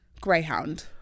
Greyhound